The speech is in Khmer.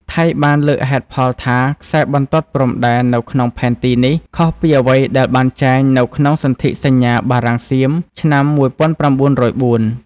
ថៃបានលើកហេតុផលថា ខ្សែបន្ទាត់ព្រំដែន នៅក្នុងផែនទីនេះ ខុសពីអ្វីដែលបានចែងនៅក្នុងសន្ធិសញ្ញាបារាំង-សៀម ឆ្នាំ១៩០៤។